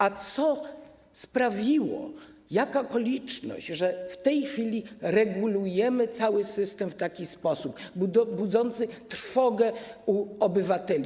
A co sprawiło, jaka okoliczność, że w tej chwili regulujemy cały system w taki sposób, budzący trwogę u obywateli?